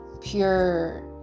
pure